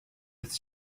its